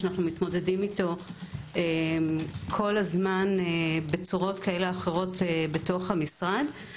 אנו מתמודדים איתו כל הזמן בצורות כאלה ואחרות בתוך המשרד.